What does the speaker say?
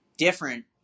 different